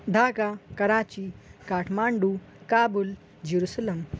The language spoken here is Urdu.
ڈھاکا کراچی کاٹھمانڈو کابل جروسلم